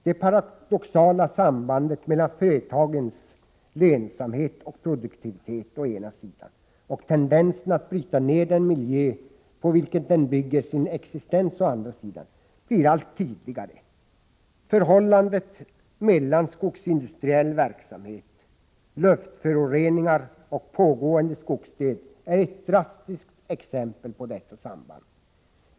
Det paradoxala sambandet mellan företagens ”lönsamhet” och ”produktivitet” å ena sidan och tendensen att bryta ner den miljö på vilken den bygger sin existens å andra sidan, blir allt tydligare. Förhållandet mellan skogsindustriell verksamhet, luftföroreningar och pågående skogsdöd är ett drastiskt exempel på detta samband.